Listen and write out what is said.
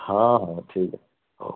ହଁ ହଁ ହଉ ଠିକ୍ ଅଛି ହଉ